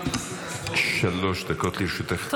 שלוש דקות לרשותך, גבירתי.